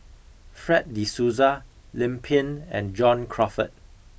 Fred de Souza Lim Pin and John Crawfurd